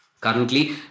Currently